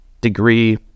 degree